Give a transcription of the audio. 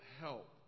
help